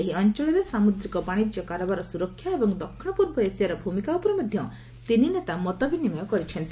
ଏହି ଅଞ୍ଚଳରେ ସାମୁଦ୍ରିକ ବାଶିଜ୍ୟ କାରବାର ସୁରକ୍ଷା ଏବଂ ଦକ୍ଷିଣପୂର୍ବ ଏସିଆର ଭୂମିକା ଉପରେ ମଧ୍ୟ ତିନି ନେତା ମତବିନିମୟ କରିଛନ୍ତି